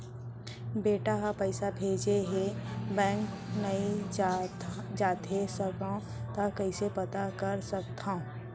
बेटा ह पइसा भेजे हे बैंक नई जाथे सकंव त कइसे पता कर सकथव?